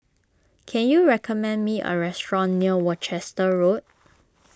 can you recommend me a restaurant near Worcester Road